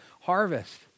harvest